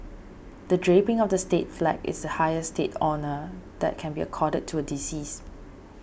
the draping of the state flag is the highest state honour that can be accorded to a deceased